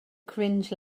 cringe